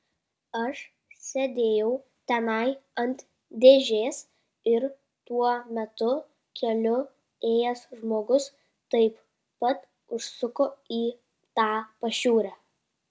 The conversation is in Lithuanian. aš sėdėjau tenai ant dėžės ir tuo metu keliu ėjęs žmogus taip pat užsuko į tą pašiūrę